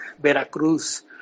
Veracruz